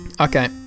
Okay